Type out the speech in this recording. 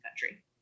country